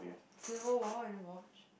civil-war have you watched